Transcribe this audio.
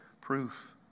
proof